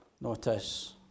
notice